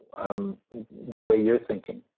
um the way you're thinking